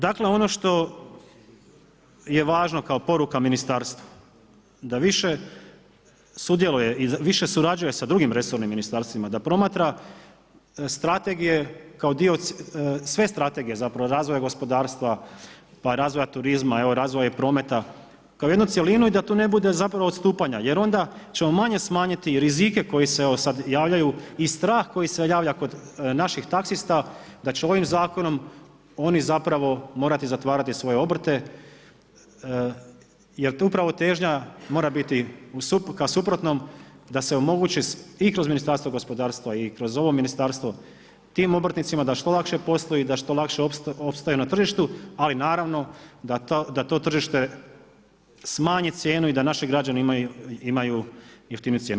Dakle ono što je važno kao poruka ministarstvu da više sudjeluje i više surađuje sa drugim resornim ministarstvima, da promatra strategije kao dio, sve strategije zapravo razvoja gospodarstva, pa razvoja turizma, evo razvoja i prometa kao jednu cjelinu i da tu ne bude zapravo odstupanja jer onda ćemo manje smanjiti i rizike koji se evo sada javljaju i strah koji se javlja kod naših taksista da će ovim zakonom oni zapravo morati zatvarati svoje obrte jer upravo težnja mora biti ka suprotnom da se omogući i kroz Ministarstvo gospodarstva i kroz ovo ministarstvo tim obrtnicima da što lakše posluju i da što lakše opstaju na tržištu ali naravno da to tržište smanji cijenu i da naši građani imaju jeftiniju cijenu.